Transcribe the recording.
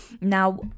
Now